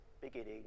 beginning